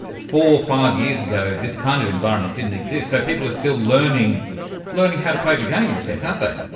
four, five years ago this kind of environment didn't exist, so people are still learning learning how to play the game, in a sense, aren't they.